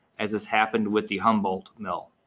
as has happened with the humboldt mill.